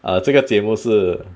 err 这个节目是